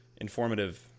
informative